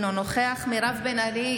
אינו נוכח מירב בן ארי,